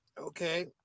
Okay